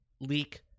leak